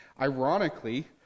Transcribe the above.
Ironically